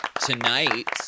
tonight